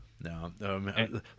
no